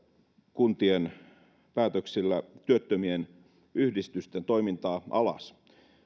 kuntien päätöksillä työttömien yhdistysten toimintaa alas